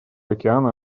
океана